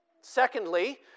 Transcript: secondly